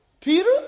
Peter